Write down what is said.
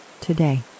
today